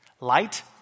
light